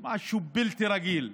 משהו בלתי רגיל.